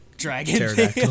dragon